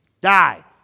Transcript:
die